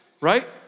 right